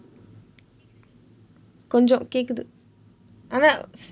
கொஞ்சம் கேட்குது ஆனா:konjsam keetkuthu aanaa